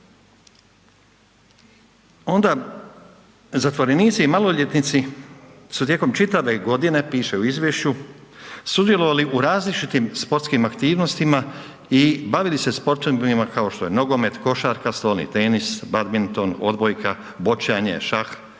Onda zatvorenici maloljetnici su tijekom čitave godine, piše u izvješću, sudjelovali u različitim sportskim aktivnostima i bavili se sportovima kao što je nogomet, košarka, stolni tenis, badminton, odbojka, boćanje, šah